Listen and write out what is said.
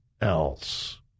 else